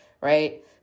right